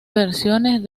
versiones